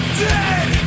dead